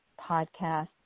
podcast